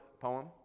poem